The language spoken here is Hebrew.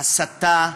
ההסתה,